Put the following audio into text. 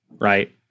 Right